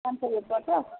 पाँच सौ रुपियाँ पर्छ